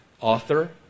Author